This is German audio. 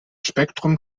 spektrum